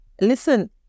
Listen